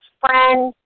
friend